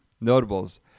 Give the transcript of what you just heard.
Notables